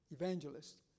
evangelist